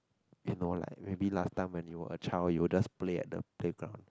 you know like maybe last time when you were a child you will just play at the playground